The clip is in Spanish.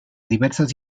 diversas